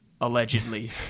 allegedly